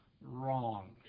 wrong